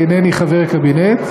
כי אינני חבר קבינט,